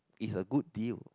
is a good deal